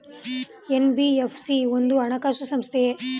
NBFC ಒಂದು ಹಣಕಾಸು ಸಂಸ್ಥೆಯೇ?